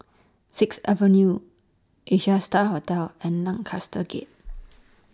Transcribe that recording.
Sixth Avenue Asia STAR Hotel and Lancaster Gate